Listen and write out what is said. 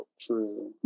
True